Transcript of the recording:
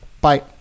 Bye